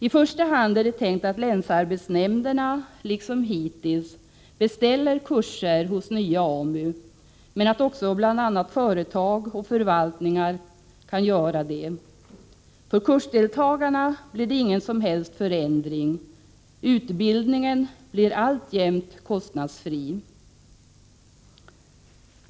I första hand är det tänkt att länsarbetsnämnderna, liksom hittills, beställer kurser hos nya AMU, men att också bl.a. företag och förvaltningar kan göra det. För kursdeltagarna blir det ingen som helst förändring; utbildningen blir alltjämt kostnadsfri.